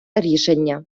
рішення